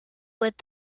with